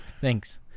Thanks